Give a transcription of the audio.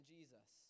Jesus